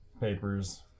papers